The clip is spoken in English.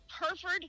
Hereford